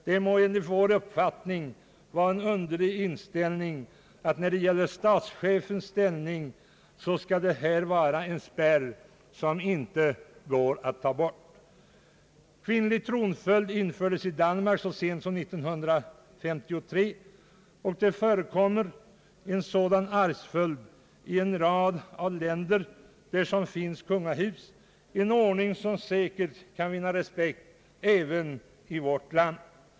Det skulle enligt vår uppfattning vara en underlig inställning att det när det gäller statschefen här skulle finnas en spärr som inte går att avlägsna. Kvinnlig tronföljd infördes i Danmark så sent som 1953. Det förekommer en sådan arvsföljd i en rad andra länder, där det finns kungahus, en ordning som säkert skulle vinna respekt även i vårt land.